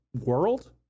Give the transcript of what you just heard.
world